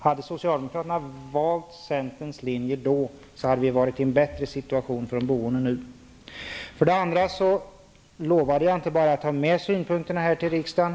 Om socialdemokraterna då hade valt centerns linje, hade det varit en bättre situation för de boende i dag. Jag lovade att ta med synpunkterna hit till riksdagen.